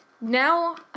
now